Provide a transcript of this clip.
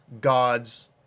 God's